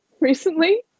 recently